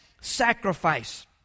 sacrifice